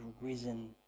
risen